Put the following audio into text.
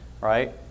right